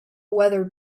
weather